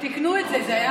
תיקנו את זה, זה היה